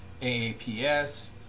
AAPS